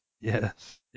yes